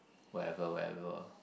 wherever wherever